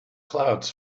clouds